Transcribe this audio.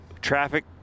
traffic